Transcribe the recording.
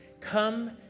Come